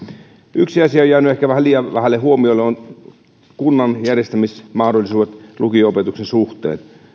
yksi asia on jäänyt ehkä vähän liian vähälle huomiolle kunnan järjestämismahdollisuudet lukio opetuksen suhteen